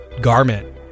garment